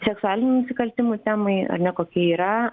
seksualinių nusikaltimų temai ar ne koki yra